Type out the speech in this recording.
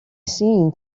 seen